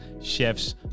chefs